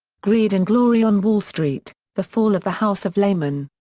greed and glory on wall street the fall of the house of lehman.